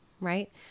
right